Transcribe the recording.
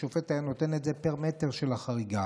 השופט היה נותן את זה פר מטר של החריגה.